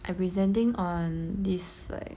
I'm presenting on this like